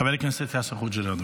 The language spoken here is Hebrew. חבר הכנסת יאסר חוג'יראת,